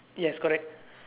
yes correct